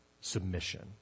submission